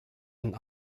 ein